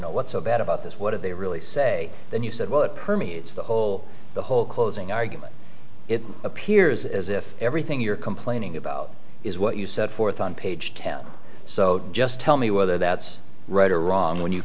know what's so bad about this what do they really say then you said well it permeates the whole closing argument it appears as if everything you're complaining about is what you set forth on page ten so just tell me whether that's right or wrong when you